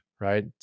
right